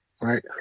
right